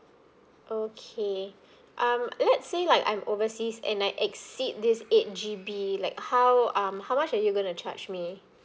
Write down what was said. okay um let's say like I'm overseas and I exceed this eight G_B like how um how much are you gonna charge me